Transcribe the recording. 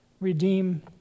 redeem